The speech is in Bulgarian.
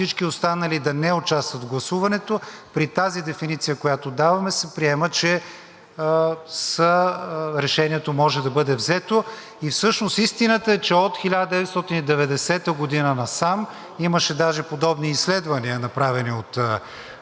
всички останали да не участват в гласуването, при тази дефиниция, която даваме, се приема, че решението може да бъде взето. И всъщност истината е, че от 1990 г. насам, имаше даже подобни изследвания, направени от